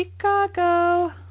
Chicago